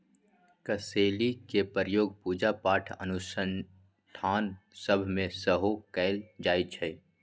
कसेलि के प्रयोग पूजा पाठ अनुष्ठान सभ में सेहो कएल जाइ छइ